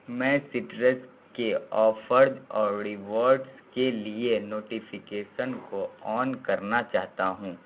میں سٹرس کے آفڑج اور ڑیوارڈز کے لیے نوٹیفیکیسن کو آن کرنا چاہتا ہوں